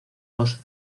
dos